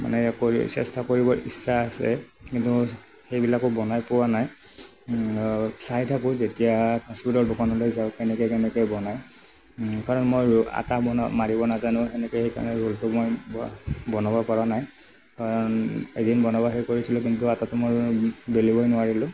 মানে কৰি চেষ্টা কৰিবৰ ইচ্ছা আছে কিন্তু সেইবিলাকো বনাই পোৱা নাই চাই থাকোঁ যেতিয়া ওচৰৰ দোকানলৈ যাওঁ কেনেকৈ কেনেকৈ বনাই কাৰণ মই ৰো আটা বনা মাৰিব নাজানোঁ সেনেকৈ সেইকাৰণে ৰোলটো মই বনা বনাব পৰা নাই এদিন বনাব হেই কৰিছিলোঁ কিন্তু আটাটো মই বেলিবই নোৱাৰিলোঁ